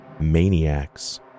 maniacs